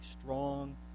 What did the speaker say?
strong